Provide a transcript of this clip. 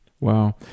Wow